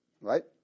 right